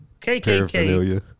KKK